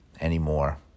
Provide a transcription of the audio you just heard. anymore